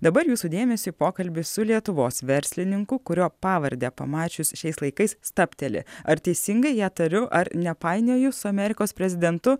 dabar jūsų dėmesiui pokalbis su lietuvos verslininku kurio pavardę pamačius šiais laikais stabteli ar teisingai ją tariu ar nepainioju su amerikos prezidentu